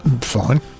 Fine